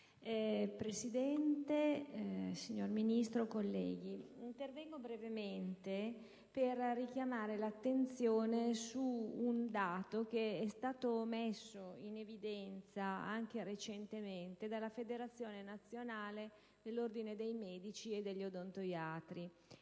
Presidente, signora Ministro, colleghi, intervengo brevemente per richiamare l'attenzione su un dato che è stato messo in evidenza anche recentemente dalla Federazione nazionale degli ordini dei medici chirurghi e odontoiatri,